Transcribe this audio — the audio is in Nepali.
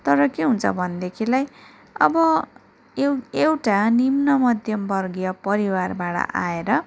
तर के हुन्छ भनेदेखिलाई अब एउ एउटा निम्न मध्यम वर्गीय परिवारबाट आएर